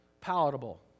palatable